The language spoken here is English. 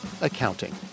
accounting